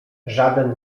żaden